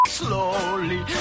slowly